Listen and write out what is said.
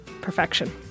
perfection